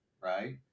right